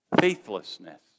faithlessness